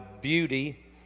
beauty